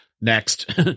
Next